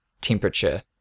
temperature